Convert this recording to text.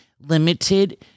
limited